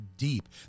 Deep